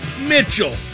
Mitchell